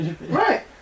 Right